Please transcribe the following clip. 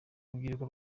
urubyiruko